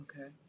Okay